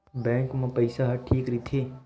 Bank मा पईसा ह ठीक राइथे?